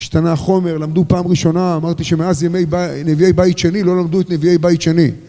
השתנה החומר, למדו פעם ראשונה, אמרתי שמאז ימי נביאי בית שני לא למדו את נביאי בית שני